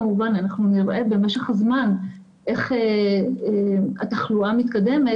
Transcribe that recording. כמובן אנחנו נראה במשך הזמן איך התחלואה מתקדמת,